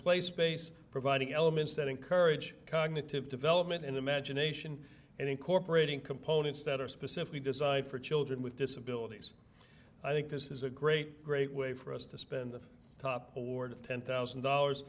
play space providing elements that encourage cognitive development and imagination and incorporating components that are specifically designed for children with disabilities i think this is a great great way for us to spend the top award of ten thousand dollars